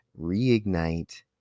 reignite